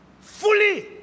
fully